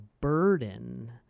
burden